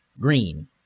Green